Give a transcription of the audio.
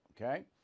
Okay